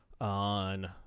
on